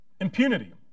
Impunity